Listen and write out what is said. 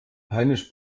peinlich